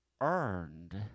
earned